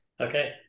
Okay